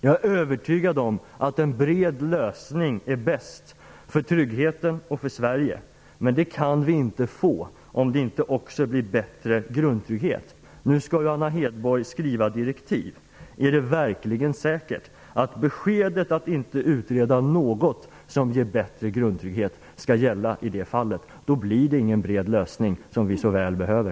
Jag är övertygad om att en bred lösning är bäst för tryggheten och för Sverige. Men det kan vi inte få om inte grundtryggheten blir bättre. Nu skall Anna Hedborg skriva direktiv. Är det verkligen säkert att beskedet att inte utreda något som ger bättre grundtrygghet skall gälla? I så fall blir det ingen bred lösning, vilket vi så väl behöver.